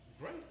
Great